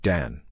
Dan